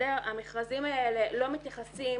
המכרזים האלה לא מתייחסים